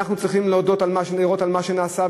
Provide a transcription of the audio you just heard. שאנחנו צריכים לראות את מה שנעשה,